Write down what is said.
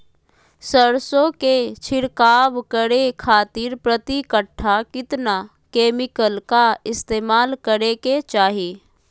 सरसों के छिड़काव करे खातिर प्रति कट्ठा कितना केमिकल का इस्तेमाल करे के चाही?